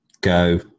Go